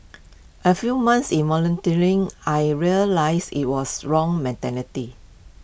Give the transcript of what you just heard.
A few months in volunteering I realised IT was wrong mentality